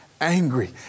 Angry